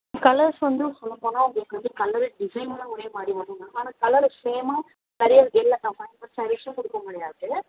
colours வந்து சொல்ல போனால் உங்களுக்கு வந்து கலரு டிசைனோடு ஒரேமாதிரி வரும் மேம் ஆனால் கலரு சேமாக நிறையா இல்லைனா நார்மல் சேரிஸும் கொடுக்க முடியாது